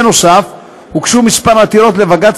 נוסף על כך הוגשו כמה עתירות לבג"ץ,